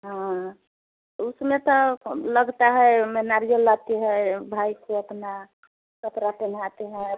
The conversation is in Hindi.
हाँ उसमें तो लगता है ओमे नारियल लाती है भाई को अपना कपड़ा पहनाते हैं